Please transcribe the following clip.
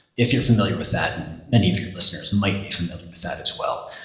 if you're familiar with that and many of your listeners might be familiar with that as well.